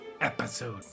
episode